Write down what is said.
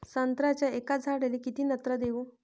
संत्र्याच्या एका झाडाले किती नत्र देऊ?